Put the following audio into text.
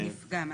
אני מסביר,